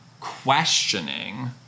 questioning